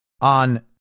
on